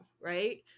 right